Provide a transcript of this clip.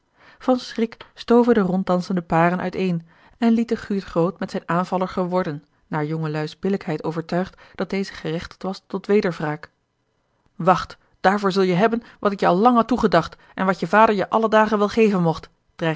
schrik stoven de ronddansende paren uiteen en lieten guurt groot met zijn aanvaller geworden naar jongeluî's billijkheid overtuigd dat deze gerechtigd was tot wederwraak wacht daarvoor zul je hebben wat ik je al lang had toegedacht en wat je vader je alle dagen wel geven mocht